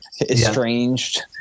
estranged